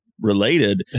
related